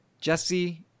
Jesse